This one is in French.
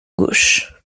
gauche